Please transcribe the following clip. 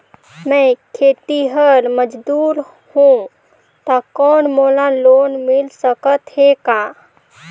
मैं खेतिहर मजदूर हों ता कौन मोला लोन मिल सकत हे का?